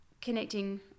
connecting